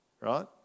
right